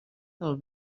del